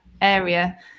area